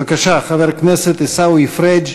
בבקשה, חבר הכנסת עיסאווי פריג'.